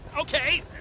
Okay